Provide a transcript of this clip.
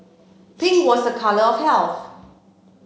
pink was a colour of health